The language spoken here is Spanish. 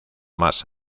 más